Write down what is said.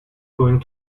going